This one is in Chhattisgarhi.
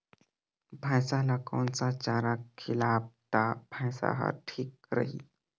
भैसा ला कोन सा चारा खिलाबो ता भैंसा हर ठीक रही?